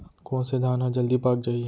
कोन से धान ह जलदी पाक जाही?